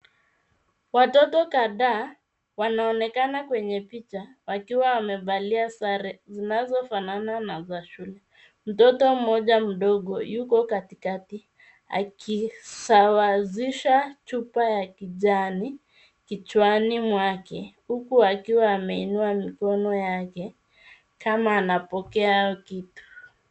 Watoto kadhaa wanaonekana kwenye picha wakiwa wamevalia sare zinazofanana na za shule. Mtoto mmoja mdogo yuko katikati, akisawazisha chupa ya kijani, kichwani mwake, huku akiwa ameinua mikono yake, kama anapokea kitu.